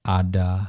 ada